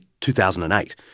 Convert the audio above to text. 2008